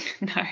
no